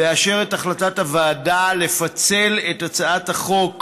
לאשר את החלטת הוועדה לפצל את הצעת החוק